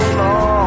long